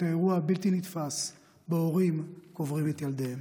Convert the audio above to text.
האירוע הבלתי-נתפס שבו הורים קוברים את ילדיהם.